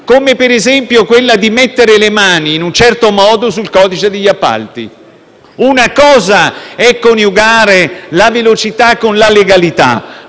come quella di mettere le mani in un certo modo sul codice degli appalti. Una cosa è coniugare la velocità con la legalità,